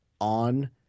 on